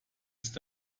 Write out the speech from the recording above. ist